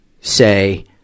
say